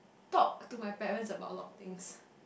talk to my parents about a lot things